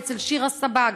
ואצל שירה סבג.